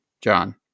John